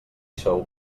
sou